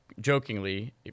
jokingly